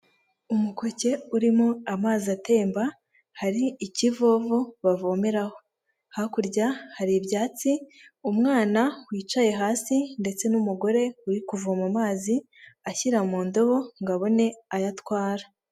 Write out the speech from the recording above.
Umukocye urimo amazi atemba, hari ikivovo bavomeraho, hakurya hari ibyatsi, umwana wicaye hasi ndetse n'umugore uri kuvoma amazi, ashyira mu ndobo ngo abone ayo atwara.